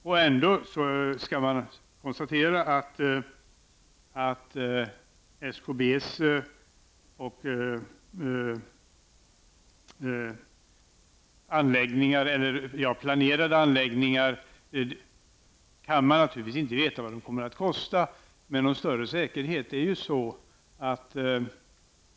Naturligtvis kan man inte säga med någon större säkerhet vad SKBs planerade anläggningar kommer att kosta.